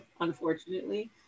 unfortunately